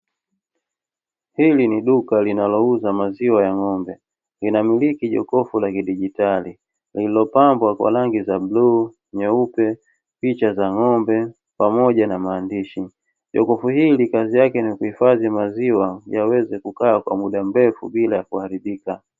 Hili ni duka linalouza maziwa ya ng'ombe. Linamiliki jokofu la kidigitali lililopambwa kwa rangi za bluu, nyeupe, picha za ng'ombe pamoja na maandishi. Jokofu hili kazi yake ni kuhifadhi maziwa yaweze kukaa kwa muda mrefu bila kuharibika.